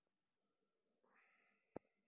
నేలలకు అవసరాలైన పోషక నిష్పత్తిని ఎలా గుర్తించాలి?